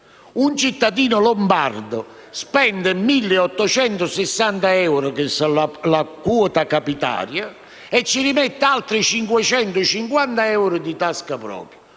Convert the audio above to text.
Un cittadino lombardo spende 1.860 euro, che corrispondono alla quota capitaria, e ci rimette altri 550 euro di tasca propria.